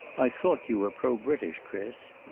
i thought you were pro-british, chris.